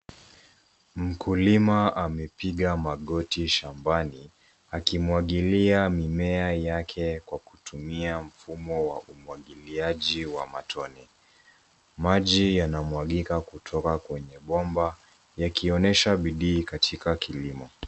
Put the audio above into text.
Mkulima amepiga magoti shambani akimwangilia mimea yake Kwa kutuma mfumo wa umwangiliaji wa matone. Maji yanawangika kutoka kwenye bomba yakionyesha bidii katika kilimo.